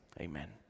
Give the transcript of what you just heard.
amen